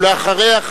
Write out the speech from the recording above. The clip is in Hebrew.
ואחריה,